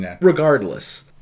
Regardless